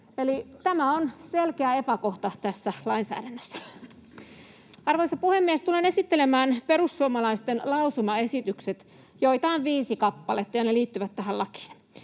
tämä on selkeä epäkohta tässä lainsäädännössä. Arvoisa puhemies! Tulen esittelemään perussuomalaisten lausumaesitykset, joita on viisi kappaletta, ja ne liittyvät tähän lakiin: